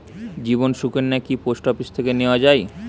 জীবন সুকন্যা কি post office থেকে নেওয়া যায়?